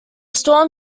storm